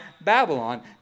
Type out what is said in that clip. Babylon